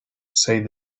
said